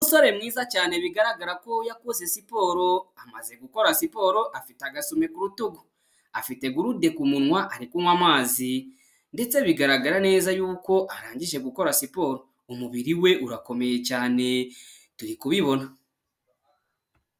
Umusore mwiza cyane bigaragara ko yakoze sport, afite Gourde ku munwa ari kunywa amazi. Ndetse bigaragara neza yuko arangije gukora siporo umubiri we urakomeye cyane turi kubibona.